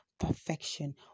perfection